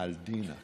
אינעל דינכ.